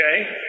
Okay